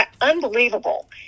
Unbelievable